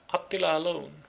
attila alone,